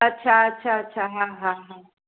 अच्छा अच्छा अच्छा हा हा हा